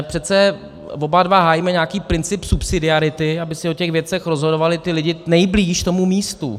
Přece oba dva hájíme nějaký princip subsidiarity, aby si o těch věcech rozhodovali ti lidé nejblíž tomu místu.